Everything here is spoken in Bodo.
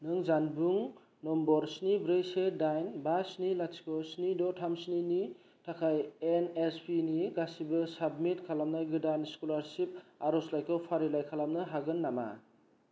नों जानबुं नम्बर स्नि ब्रै से दाइन बा स्नि लाथिख' स्नि द' थाम स्नि नि थाखाय एन एस पि नि गासिबो साबमिट खालामनाय गोदान स्कलारसिप आर'जलाइखौ फारिलाइ खालामनो हागोन नामा